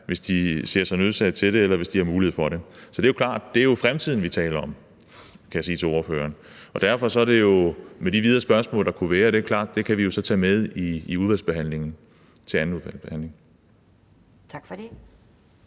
hvis de ser sig nødsaget til det, eller hvis de har mulighed for det. Så det er jo klart. Det er jo fremtiden, vi taler om, kan jeg sige til ordføreren, og derfor kan vi jo tage de spørgsmål, der videre måtte være, med i udvalgsbehandlingen til anden behandling. Kl.